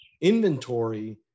inventory